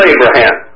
Abraham